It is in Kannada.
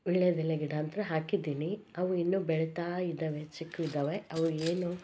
ವೀಳ್ಯದೆಲೆ ಗಿಡ ಅಂತೂ ಹಾಕಿದ್ದೀನಿ ಅವು ಇನ್ನೂ ಬೆಳಿತಾ ಇದ್ದಾವೆ ಚಿಕ್ಕವಿದಾವೆ ಅವು ಏನು